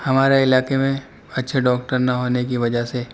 ہمارے علاقے میں اچھے ڈاکٹر نہ ہونے کی وجہ سے